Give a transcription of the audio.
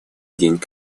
день